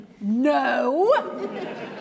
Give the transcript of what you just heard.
No